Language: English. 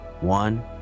One